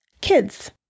kids